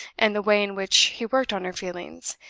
and the way in which he worked on her feelings,